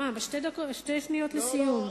מה, שתי שניות לסיום?